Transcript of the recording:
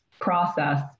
process